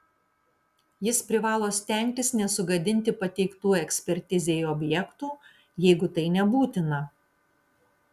jis privalo stengtis nesugadinti pateiktų ekspertizei objektų jeigu tai nebūtina